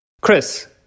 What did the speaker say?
Chris